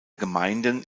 gemeinden